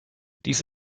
dies